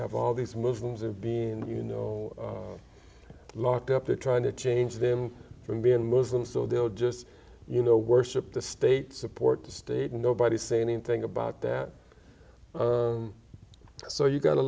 have all these muslims are being you know locked up they're trying to change them from being muslim so they'll just you know worship the state support the state and nobody say anything about that so you've got a